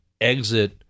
exit –